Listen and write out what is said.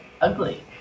ugly